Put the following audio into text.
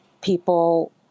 people